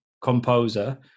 composer